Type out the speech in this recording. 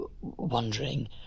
wondering